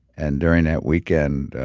and during that weekend,